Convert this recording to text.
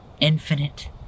infinite